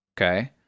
Okay